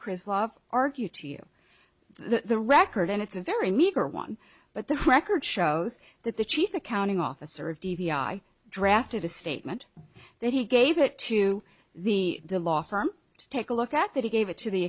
chris law argue to you the record and it's a very meager one but the record shows that the chief accounting officer of d e v i drafted a statement that he gave it to the law firm to take a look at that he gave it to the